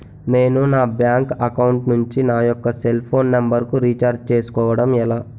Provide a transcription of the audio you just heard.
నేను నా bank account నుంచి నా యెక్క సెల్ ఫోన్ నంబర్ కు రీఛార్జ్ చేసుకోవడం ఎలా?